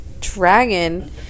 dragon